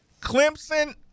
Clemson